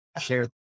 share